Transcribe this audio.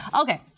okay